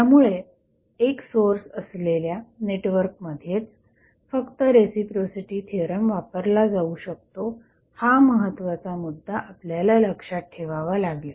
त्यामुळे एक सोर्स असलेल्या नेटवर्क मध्येच फक्त रेसिप्रोसिटी थिअरम वापरला जाऊ शकतो हा महत्वाचा मुद्दा आपल्याला लक्षात ठेवावा लागेल